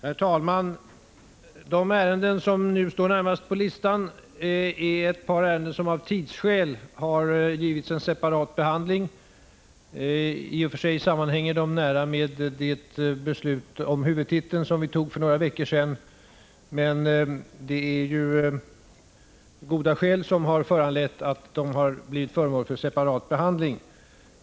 Herr talman! De ärenden som nu står närmast på föredragningslistan är ett par ärenden som av tidsskäl har givits en separat behandling. I och för sig sammanhänger de nära med det beslut om huvudtiteln som vi fattade för några veckor sedan, men det är goda skäl som har föranlett en separat behandling av dem.